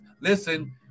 listen